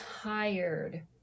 tired